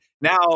now